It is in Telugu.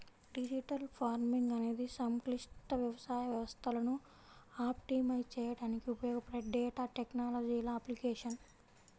డిజిటల్ ఫార్మింగ్ అనేది సంక్లిష్ట వ్యవసాయ వ్యవస్థలను ఆప్టిమైజ్ చేయడానికి ఉపయోగపడే డేటా టెక్నాలజీల అప్లికేషన్